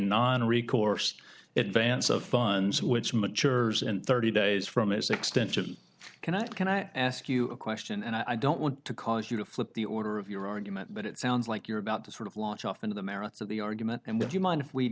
non recourse advance of funds which matures in thirty days from his extension can i can i ask you a question and i don't want to cause you to flip the order of your argument but it sounds like you're about to sort of launch off into the merits of the argument and would you mind if we